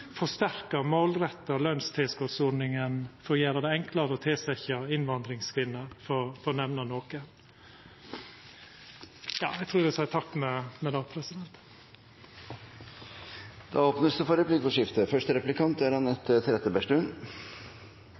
forsterka målretta lønnstilskotsordningar for å gjera det enklare å tilsetja innvandringskvinner – for å nemna noko. Det åpnes for replikkordskifte.